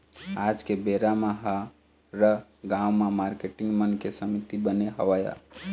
आज के बेरा म हर गाँव म मारकेटिंग मन के समिति बने हवय